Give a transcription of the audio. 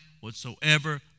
whatsoever